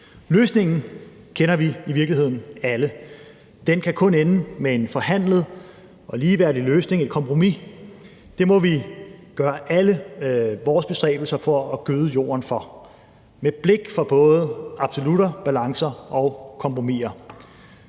Løsningen kender vi i virkeligheden alle: Den kan kun ende med en forhandlet og ligeværdig løsning, et kompromis. Det må vi gøre alle vores bestræbelser for at gøde jorden for med blik for både absolutter, balancer og kompromiser